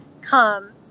come